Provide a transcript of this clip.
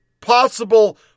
possible